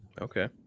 Okay